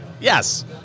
yes